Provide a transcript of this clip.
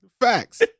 Facts